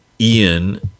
Ian